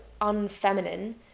unfeminine